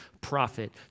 prophet